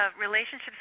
Relationships